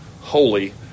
holy